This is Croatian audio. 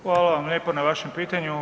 Hvala vam lijepo na vašem pitanju.